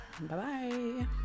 Bye-bye